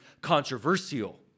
controversial